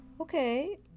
Okay